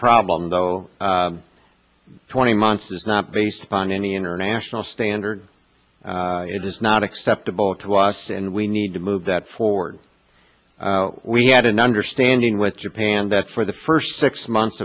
problem though twenty months is not based upon any international standard it is not acceptable to us and we need to move that forward we had an understanding with japan that for the first six months